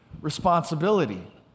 responsibility